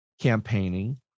campaigning